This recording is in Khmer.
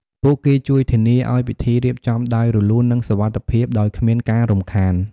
ពួកគេជួយធានាឲ្យពិធីរៀបចំដោយរលូន និងសុវត្ថិភាព ដោយគ្មានការរំខាន។